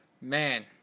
Man